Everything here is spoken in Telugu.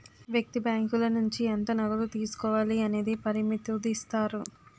వ్యక్తి బ్యాంకుల నుంచి ఎంత నగదు తీసుకోవాలి అనేది పరిమితుదిస్తారు